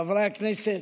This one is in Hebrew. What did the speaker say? חברי הכנסת,